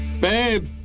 Babe